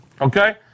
Okay